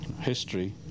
history